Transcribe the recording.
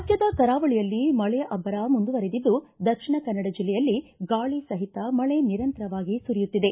ರಾಜ್ಯದ ಕರಾವಳಿಯಲ್ಲಿ ಮಳೆಯ ಅಭ್ದರ ಮುಂದುವರಿದಿದ್ದು ದಕ್ಷಿಣಕನ್ನಡ ಜಿಲ್ಲೆಯಲ್ಲಿ ಗಾಳಿ ಸಹಿತ ಮಳೆ ನಿರಂತರವಾಗಿ ಸುರಿಯುತ್ತಿದೆ